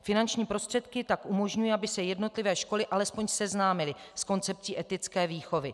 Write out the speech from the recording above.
Finanční prostředky tak umožňují, aby se jednotlivé školy alespoň seznámily s koncepcí etické výchovy.